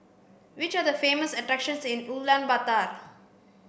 which are the famous attractions in Ulaanbaatar